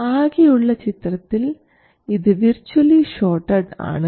ആകെയുള്ള ചിത്രത്തിൽ ഇത് വിർച്ച്വലി ഷോർട്ടഡ് ആണ്